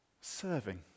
serving